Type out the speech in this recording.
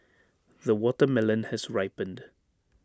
the watermelon has ripened